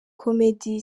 comedy